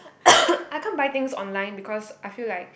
I can't buy things online because I feel like